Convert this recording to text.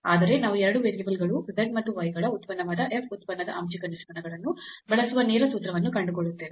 ಆದರೆ ನಾವು 2 ವೇರಿಯೇಬಲ್ಗಳು x ಮತ್ತು y ಗಳ ಉತ್ಪನ್ನವಾದ f ಉತ್ಪನ್ನದ ಆಂಶಿಕ ನಿಷ್ಪನ್ನಗಳನ್ನು ಬಳಸುವ ನೇರ ಸೂತ್ರವನ್ನು ಕಂಡುಕೊಳ್ಳುತ್ತೇವೆ